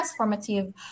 transformative